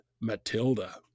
matilda